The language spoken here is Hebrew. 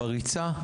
בריצה,